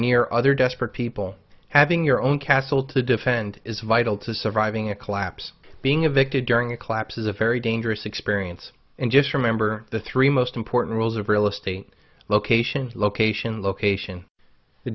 near other desperate people having your own castle to defend is vital to surviving a collapse being evicted during a collapse is a very dangerous experience and just remember the three most important rules of real estate location location location the